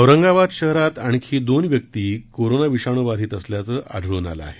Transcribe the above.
औरंगाबाद शहरात आणखी दोन व्यक्ती कोरोना विषाणू बाधित असल्याचं आढळून आलं आहे